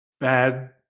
bad